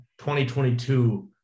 2022